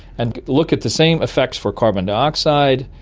and look at the same effects for carbon dioxide,